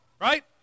right